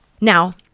Now